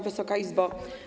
Wysoka Izbo!